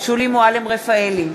שולי מועלם-רפאלי,